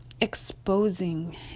exposing